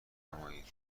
نمایید